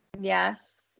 Yes